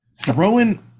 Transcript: throwing